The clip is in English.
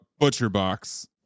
ButcherBox